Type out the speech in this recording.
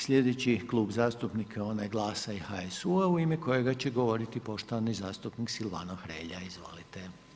Sljedeći Klub zastupnika onaj GLAS-a i HSU-a u ime kojega će govoriti poštovani zastupnik Silvano Hrelja, izvolite.